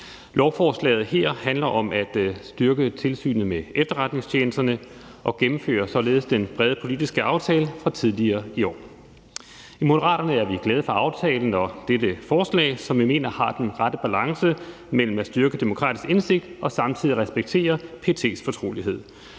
Lovforslaget her handler om at styrke tilsynet med efterretningstjenesterne og gennemfører således den brede politiske aftale fra tidligere i år. I Moderaterne er vi glade for aftalen og dette forslag, som vi mener har den rette balance mellem at styrke demokratisk indsigt og samtidig respektere PET's fortrolighed.